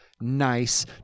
nice